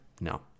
No